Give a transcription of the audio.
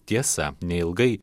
tiesa neilgai